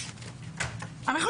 סליחה,